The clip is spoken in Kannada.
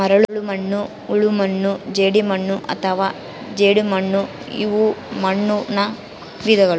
ಮರಳುಮಣ್ಣು ಹೂಳುಮಣ್ಣು ಜೇಡಿಮಣ್ಣು ಮತ್ತು ಜೇಡಿಮಣ್ಣುಇವು ಮಣ್ಣುನ ವಿಧಗಳು